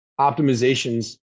optimizations